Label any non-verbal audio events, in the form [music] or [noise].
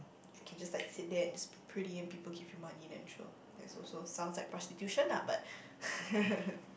if you just like sit there and just pretty and people give you money then sure that's also sounds like prostitution ah but [laughs]